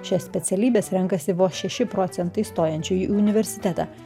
šias specialybes renkasi vos šeši procentai stojančiųjų į universitetą